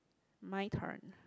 my turn